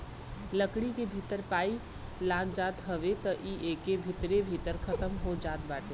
लकड़ी के भीतर पाई लाग जात हवे त इ एके भीतरे भीतर खतम हो जात बाटे